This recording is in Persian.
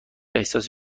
احساس